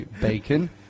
Bacon